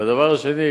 והדבר השני,